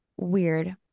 Weird